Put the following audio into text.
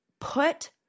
put